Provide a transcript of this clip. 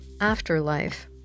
afterlife